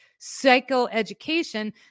psychoeducation